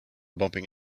bumping